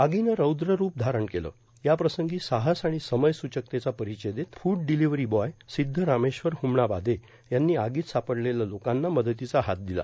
आगीनं रौद्र रूप धारण केलेयाप्रसंगी साहस आर्ाण समयसूचकतेचा परारचय देत फूड डिलेव्हरी बॉयर्सिद्दरामेश्वर हमानाबादे यांनी आगीत सापडलेल्या लोकांना मदतीचा हात र्यादला